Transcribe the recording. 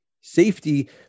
safety